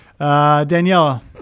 Daniela